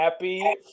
Happy